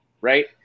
right